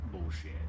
bullshit